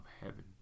heaven